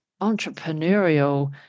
entrepreneurial